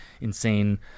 insane